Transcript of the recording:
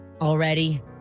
already